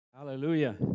Hallelujah